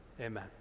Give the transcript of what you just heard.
Amen